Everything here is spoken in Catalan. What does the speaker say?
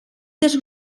dels